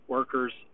Workers